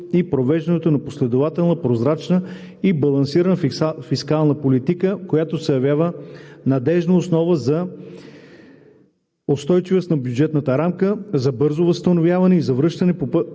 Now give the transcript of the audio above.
и провеждането на последователна, прозрачна и балансирана фискална политика, която се явява надеждна основа за устойчивост на бюджетната рамка, за бързо възстановяване и завръщане по пътя